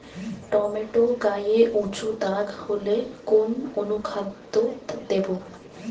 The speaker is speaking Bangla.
টমেটো গায়ে উচু দাগ হলে কোন অনুখাদ্য দেবো?